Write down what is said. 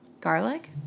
garlic